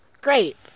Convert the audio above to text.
great